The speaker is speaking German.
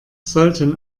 sollten